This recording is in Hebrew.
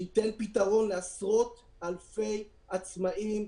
שייתן פתרון לעשרות אלפי עצמאים,